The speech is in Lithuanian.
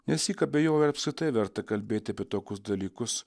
nesyk abejojau ar apskritai verta kalbėt apie tokius dalykus